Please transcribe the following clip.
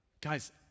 Guys